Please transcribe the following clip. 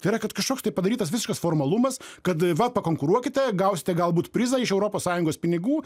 tai yra kad kažkoks tai padarytas visiškas formalumas kad va pakonkuruokite gausite galbūt prizą iš europos sąjungos pinigų